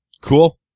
Cool